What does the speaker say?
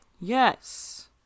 Yes